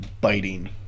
biting